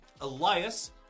Elias